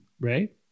Right